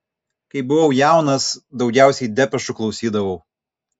kai buvau jaunas daugiausiai depešų klausydavau